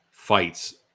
Fights